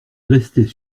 restait